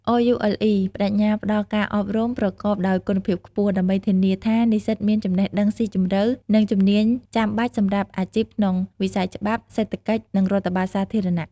RULE ប្តេជ្ញាផ្តល់ការអប់រំប្រកបដោយគុណភាពខ្ពស់ ដើម្បីធានាថានិស្សិតមានចំណេះដឹងស៊ីជម្រៅ និងជំនាញចាំបាច់សម្រាប់អាជីពក្នុងវិស័យច្បាប់ សេដ្ឋកិច្ច និងរដ្ឋបាលសាធារណៈ។